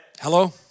Hello